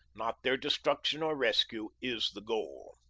not their destruction or rescue, is the goal.